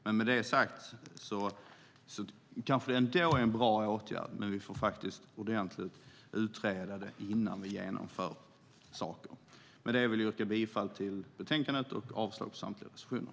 Men med detta sagt kanske det ändå är en bra åtgärd. Men vi måste utreda saker ordentligt innan vi genomför dem. Jag yrkar bifall till förslaget i betänkandet och avslag på samtliga reservationer.